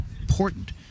important